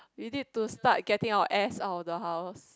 we need to start getting our ass out of the house